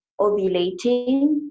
ovulating